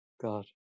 God